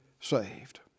saved